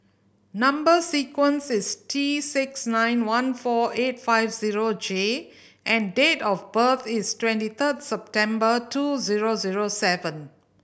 number sequence is T six nine one four eight five zero J and date of birth is twenty third September two zero zero seven